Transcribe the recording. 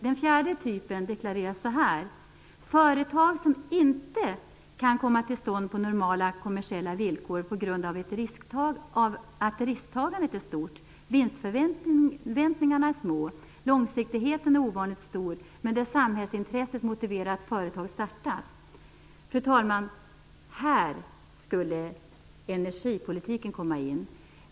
Den fjärde typen deklareras så här: Företag som inte kan komma till stånd på normala kommersiella villkor på grund av att risktagandet är stort, vinstförväntningarna små, långsiktigheten är ovanligt stor, men där samhällsintresset motiverar att företag startas. Fru talman! Här skulle energipolitiken komma in.